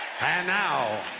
and now,